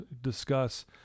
discuss